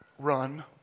run